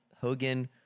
Hogan